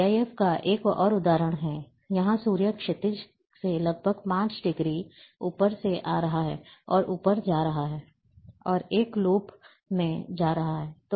GIF का एक और उदाहरण है यहां सूरज क्षितिज से लगभग 5 डिग्री ऊपर से आ रहा है और ऊपर की ओर जा रहा है और एक लूप में जा रहा है